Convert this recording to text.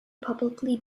publicly